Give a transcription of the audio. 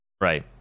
Right